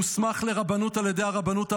מוסמך לרבנות על ידי הרבנות הראשית,